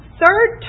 third